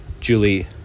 Julie